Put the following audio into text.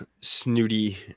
snooty